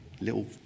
little